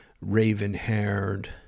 raven-haired